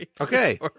Okay